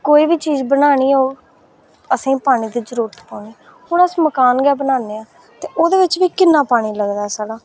कोई बी चीज बनानी होग असें ई पानी दी जरूरत पौनी हून अस मकान गै बनान्ने आं ते ओह्दे बिच बी किन्ना पानी लगदा साढ़ा